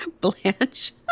Blanche